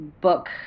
book